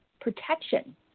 protection